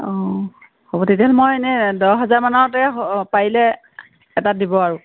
অঁ হ'ব তেতিয়াহ'লে মই এনেই দহ হাজাৰমানতে পাৰিলে এটা দিব আৰু